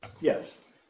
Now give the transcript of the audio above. Yes